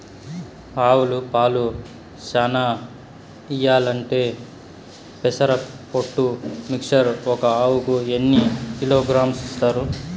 ఆవులు పాలు చానా ఇయ్యాలంటే పెసర పొట్టు మిక్చర్ ఒక ఆవుకు ఎన్ని కిలోగ్రామ్స్ ఇస్తారు?